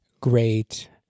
great